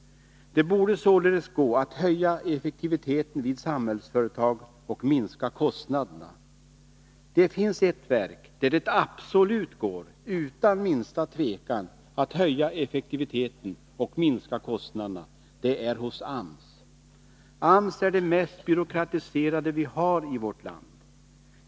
Det borde således gå att höja effektiviteten vid Samhällsföretag och minska kostnaderna. Det finns ett verk där det utan minsta tvivel absolut går att höja effektiviteten och minska kostnaderna — det är AMS. AMS är det mest byråkratiserade vi har i vårt land.